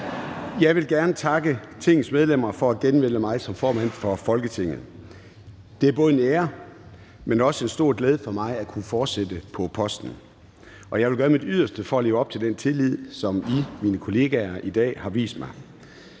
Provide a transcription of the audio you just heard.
Jeg vil gerne takke Tingets medlemmer for at genvælge mig som formand for Folketinget. Det er både en ære, men også en stor glæde for mig at kunne fortsætte på posten, og jeg vil gøre mit yderste for at leve op til den tillid, som I, mine kollegaer, i dag har vist mig.